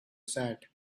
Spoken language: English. sad